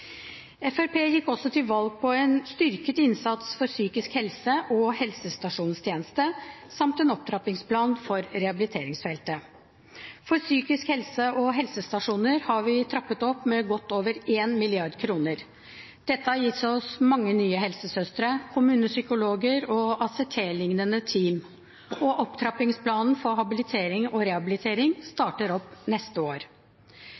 Fremskrittspartiet gikk også til valg på en styrket innsats for psykisk helse og helsestasjonstjeneste samt en opptrappingsplan for rehabiliteringsfeltet. For psykisk helse og helsestasjoner har vi trappet opp med godt over 1 mrd. kr. Dette har gitt oss mange nye helsesøstre, kommunepsykologer og ACT-lignende team, og opptrappingsplanen for habilitering og rehabilitering starter opp neste år.